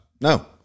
no